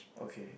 okay